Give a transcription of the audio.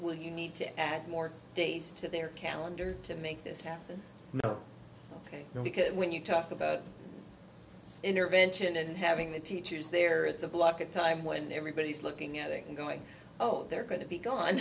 when you need to add more days to their calendar to make this happen ok because when you talk about intervention and having the teachers there it's a block of time when everybody's looking at it and going oh they're going to be gone